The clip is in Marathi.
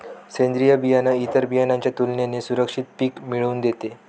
सेंद्रीय बियाणं इतर बियाणांच्या तुलनेने सुरक्षित पिक मिळवून देते